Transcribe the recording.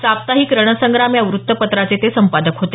साप्ताहिक रणसंग्राम या व्रत्तपत्राचे ते संपादक होते